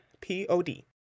P-O-D